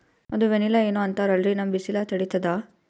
ಅದು ವನಿಲಾ ಏನೋ ಅಂತಾರಲ್ರೀ, ನಮ್ ಬಿಸಿಲ ತಡೀತದಾ?